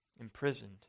imprisoned